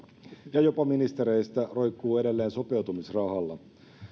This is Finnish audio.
ja jopa ministereistä roikkuu edelleen sopeutumisrahalla